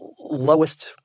lowest